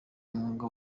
umwuga